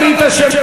נא להקריא את השמות.